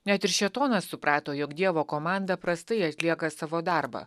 net ir šėtonas suprato jog dievo komanda prastai atlieka savo darbą